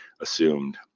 assumed